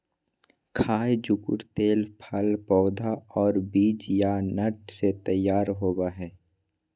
खाय जुकुर तेल फल पौधा और बीज या नट से तैयार होबय हइ